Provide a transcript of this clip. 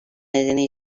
nedeni